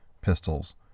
pistols